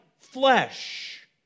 flesh